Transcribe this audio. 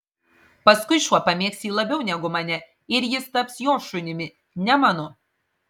paskui šuo pamėgs jį labiau negu mane ir jis taps jo šunimi ne mano